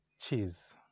cheese